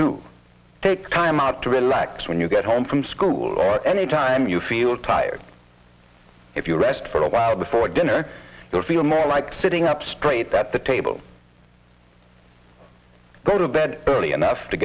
to take time out to relax when you get home from school or anytime you feel tired if you rest for a while before dinner you'll feel more like sitting up straight that the table go to bed early enough to